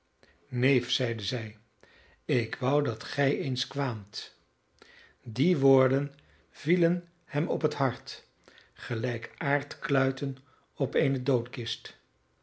neef zeide zij ik wou dat gij eens kwaamt die woorden vielen hem op het hart gelijk aardkluiten op eene